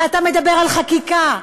ואתה מדבר על חקיקה,